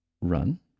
run